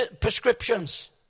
prescriptions